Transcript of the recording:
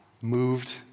Moved